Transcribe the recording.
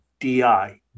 DI